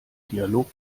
dialog